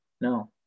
No